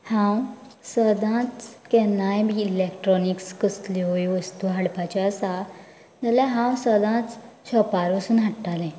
हांव सदांच केन्नाय बी इलेक्ट्रोनिक्स कसल्योय वस्तू हाडपाच्यो आसा जाल्यार हांव सदांच शाॅपार वचून हाडटालें